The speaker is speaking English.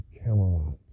Camelot